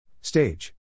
Stage